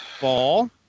ball